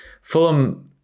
Fulham